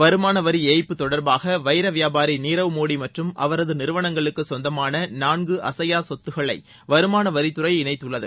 வருமானவரி ஏய்ப்பு தொடர்பாக வைர வியாபாரி நீரவ் மோடி மற்றும் அவரது நிறுவனங்களுக்கு சொந்தமான நான்கு அசையா சொத்துக்களை வருமானவரித்துறை இணைத்துள்ளது